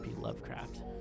Lovecraft